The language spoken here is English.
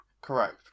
Correct